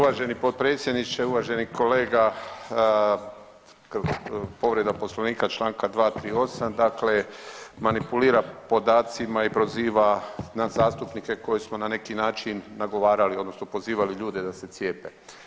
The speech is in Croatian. Uvaženi potpredsjedniče, uvaženi kolega povreda Poslovnika Članka 238., dakle manipulira podacima i proziva nas zastupnike koji smo na neki način nagovarali odnosno pozivali ljude da se cijepe.